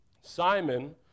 Simon